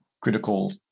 critical